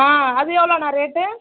ஆ அது எவ்வளோண்ணா ரேட்டு